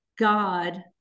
God